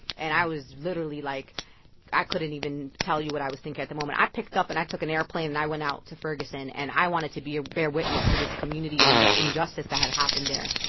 and i was literally like i couldn't even tell you what i was thinking at the moment. i picked up and i took an airplane, and i went out to ferguson. and i wanted to be a bear witness to this community and the injustice that had happened there.